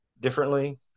differently